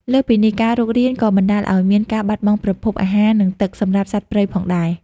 លើសពីនេះ ការរុករានក៏បណ្តាលឱ្យមាន ការបាត់បង់ប្រភពអាហារ និងទឹក សម្រាប់សត្វព្រៃផងដែរ។